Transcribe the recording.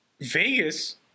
Vegas